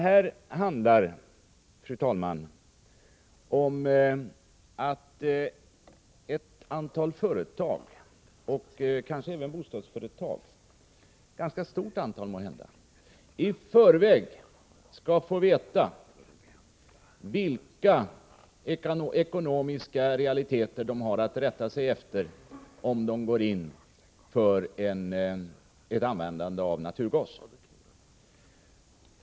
Här handlar det om att ett antal företag, kanske även bostadsföretag — ett ganska stort antal måhända —i förväg skall få veta vilka ekonomiska realiteter de har att rätta sig efter, om de börjar använda naturgas.